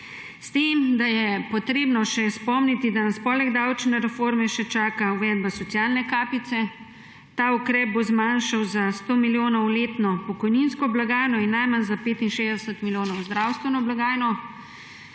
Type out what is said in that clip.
S tem da je potrebno še spomniti, da nas poleg davčne reforme čaka še uvedba socialne kapice, ta ukrep bo letno zmanjšal za 100 milijonov pokojninsko blagajno in najmanj za 65 milijonov zdravstveno blagajno.